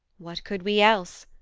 what could we else,